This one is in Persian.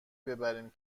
ببریم